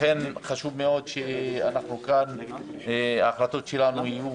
לכן חשוב מאוד שההחלטות שלנו כאן יהיו,